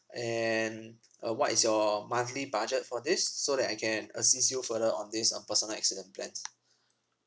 and uh what is your monthly budget for this so that I can assist you further on this uh personal accident plans